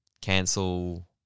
cancel